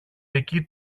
εκεί